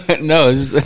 No